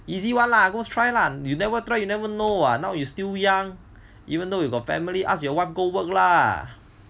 easy one lah go try lah you never try you never know [what] now you still young even though you got family ask your wife go work lah